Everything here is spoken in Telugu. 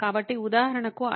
కాబట్టి ఉదాహరణకు ideo